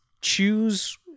choose